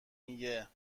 میگه